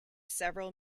several